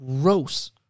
gross